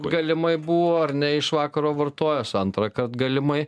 galimai buvo ar ne iš vakaro vartojęs antrąkart galimai